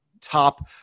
top